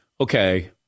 Okay